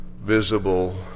visible